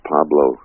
Pablo